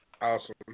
Awesome